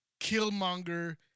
Killmonger